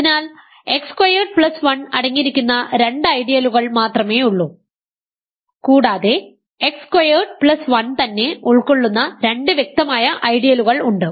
അതിനാൽ x squared plus 1 അടങ്ങിയിരിക്കുന്ന രണ്ട് ഐഡിയലുകൾ മാത്രമേ ഉള്ളൂ കൂടാതെ എക്സ് സ്ക്വയേർഡ് പ്ലസ് 1 തന്നെ ഉൾക്കൊള്ളുന്ന രണ്ട് വ്യക്തമായ ഐഡിയലുകൾ ഉണ്ട്